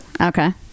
Okay